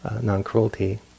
non-cruelty